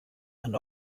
and